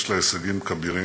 יש לה הישגים כבירים,